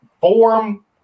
form